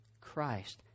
Christ